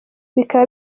bikaba